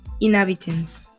inhabitants